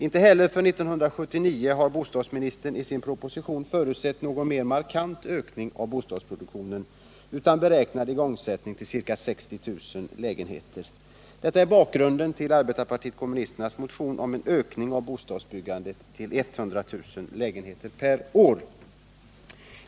Inte heller för 1979 har bostadsministern i sin proposition förutsett någon mera markant ökning av bostadsproduktionen, utan beräknat igångsättningen till ca 60 000 lägenheter. Detta är bakgrunden till arbetarpartiet kommunisternas motion om en ökning av bostadsbyggandet till 100 000 lägenheter per år.